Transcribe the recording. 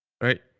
Right